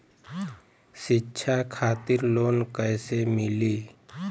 शिक्षा खातिर लोन कैसे मिली?